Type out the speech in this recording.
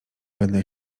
będę